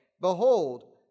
Behold